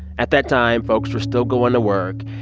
at that time, folks were still going to work,